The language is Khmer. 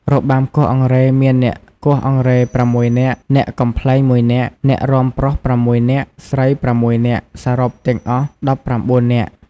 របាំគោះអង្រែមានអ្នកគោះអង្រែ៦នាក់ អ្នកកំប្លែង១នាក់ អ្នករាំប្រុស៦នាក់ស្រី៦នាក់ សរុបទាំងអស់១៩នាក់។